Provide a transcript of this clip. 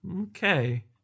Okay